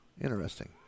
Interesting